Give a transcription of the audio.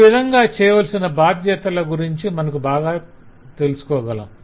ఈ విధంగా చెయ్యవలసిన భాద్యతల గురించి మనకు బాగా తెలుసుకోగలం